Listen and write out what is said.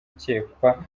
ukekwa